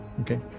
Okay